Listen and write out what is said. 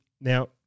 now